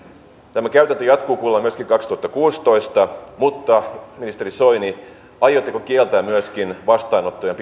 tämä käytäntö jatkuu kuulemma myöskin kaksituhattakuusitoista mutta ministeri soini aiotteko kieltää vastaanottojen